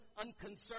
unconcerned